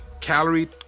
calorie